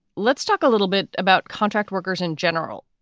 let's talk a little bit about contract workers in general,